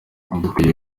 dukwiye